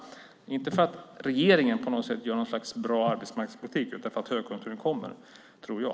Det beror inte på att regeringen på något sätt för en bra arbetsmarknadspolitik, utan på att högkonjunkturen kommer - tror jag.